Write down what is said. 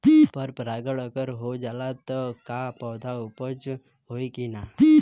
पर परागण अगर हो जाला त का पौधा उपज होई की ना?